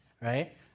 right